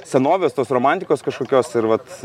senovės tos romantikos kažkokios ir vat